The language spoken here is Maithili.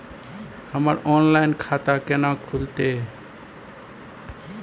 हमर ऑनलाइन खाता केना खुलते?